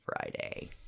Friday